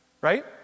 Right